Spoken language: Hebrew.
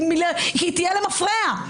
כי היא תהיה למפרע.